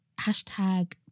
hashtag